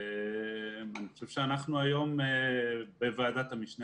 אני חושב שאנחנו היום בוועדת המשנה